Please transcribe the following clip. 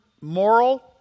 moral